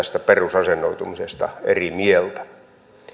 tästä perusasennoitumisesta eri mieltä